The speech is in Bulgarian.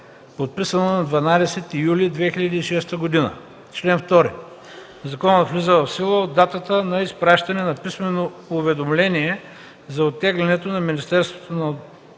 подписано на 12 юли 2006 г. Чл. 2. Законът влиза в сила от датата на изпращане на писмено уведомление за оттегляне на Министерството на